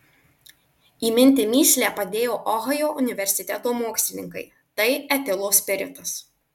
įminti mįslę padėjo ohajo universiteto mokslininkai tai etilo spiritas